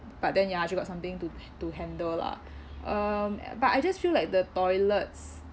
but then ya she got something to to handle lah um but I just feel like the toilets